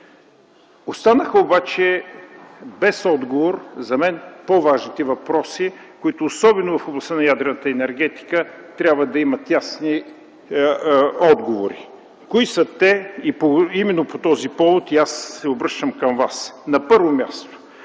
Останаха обаче за мен без отговор по-важните въпроси, които, особено в областта на ядрената енергетика, трябва да имат ясни отговори. Кои са те? Именно по този повод и аз се обръщам към Вас. На първо място,